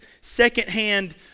secondhand